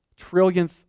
trillionth